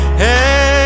Hey